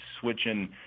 switching